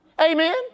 Amen